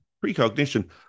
precognition